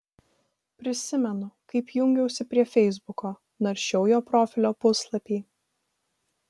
prisimenu kaip jungiausi prie feisbuko naršiau jo profilio puslapį